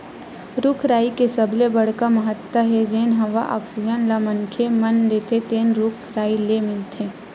रूख राई के सबले बड़का महत्ता हे जेन हवा आक्सीजन ल मनखे मन लेथे तेन रूख राई ले मिलथे